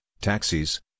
taxis